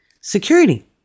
security